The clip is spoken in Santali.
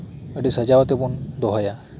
ᱟᱹᱰᱤ ᱥᱟᱡᱟᱣ ᱛᱮᱵᱩᱱ ᱫᱚᱦᱚᱭᱟ